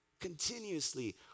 continuously